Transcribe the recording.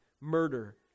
murder